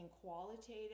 qualitative